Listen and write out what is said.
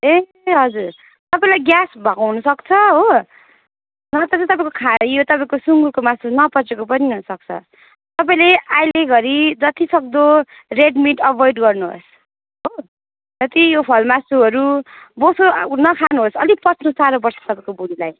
ए हजुर तपाईँलाई ग्यास भएको हुन सक्छ हो नत्र त तपाईँको खायो यो तपाईँको सुँगुरको मासु नपचेको पनि हुन सक्छ तपाईँले अहिले घरी जति सक्दो रेड मिट एभोइड गर्नु होस् हो जति यो फलमासुहरू बोसो नखानु होस् अलिक पच्न साह्रो पर्छ तपाईँको भुँडीलाई